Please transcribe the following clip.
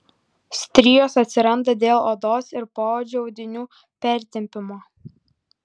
strijos atsiranda dėl odos ir poodžio audinių pertempimo